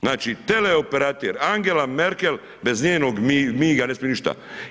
Znači, teleoperater Angela Merkel bez njenog miga ne smije ništa.